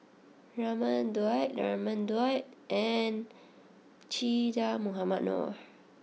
Raman Daud Raman Daud and Che Dah Mohamed Noor